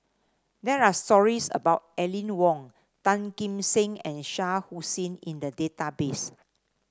there are stories about Aline Wong Tan Kim Seng and Shah Hussain in the database